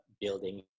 building